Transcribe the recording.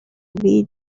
beat